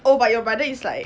oh but your brother is like